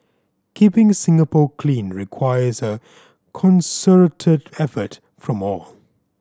keeping Singapore clean requires a concerted effort from all